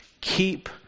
keep